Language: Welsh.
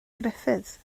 gruffudd